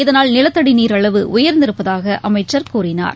இதனால் நிலத்தடிநீர் அளவு உயர்ந்திருப்பதாகஅமைச்சர் கூறினார்